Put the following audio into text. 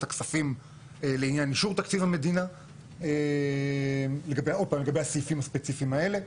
הכספים לעניין אישור תקציב המדינה לגבי הסעיפים הספציפיים האלה.